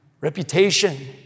reputation